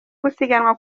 gusiganwa